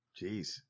Jeez